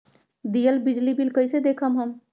दियल बिजली बिल कइसे देखम हम?